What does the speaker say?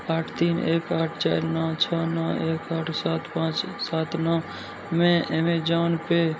आठ तीन एक आठ चारि नओ छओ नओ एक आठ सात पाँच सात नओमे एमेजॉन पे